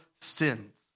sins